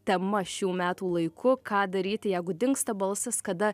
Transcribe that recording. tema šių metų laiku ką daryti jeigu dingsta balsas kada